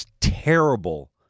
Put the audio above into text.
terrible